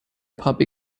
puppy